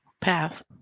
path